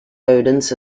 rodents